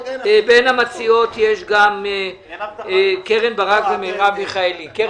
בין המציעות גם קרן ברק ומרב מיכאלי.